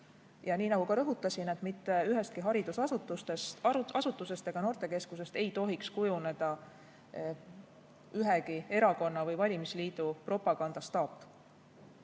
Nii nagu ka rõhutasin, siis mitte ühestki haridusasutusest ega noortekeskusest ei tohiks kujuneda ühegi erakonna või valimisliidu propagandastaap.